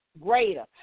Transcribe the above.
greater